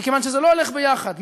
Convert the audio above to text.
מכיוון שזה לא הולך ביחד.